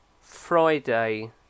Friday